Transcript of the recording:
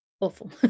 awful